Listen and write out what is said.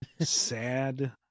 sad